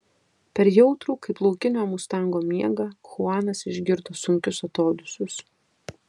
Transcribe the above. per jautrų kaip laukinio mustango miegą chuanas išgirdo sunkius atodūsius